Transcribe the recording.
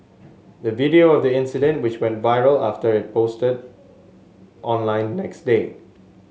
the video of the incident which went viral after it posted online next day